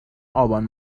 آبان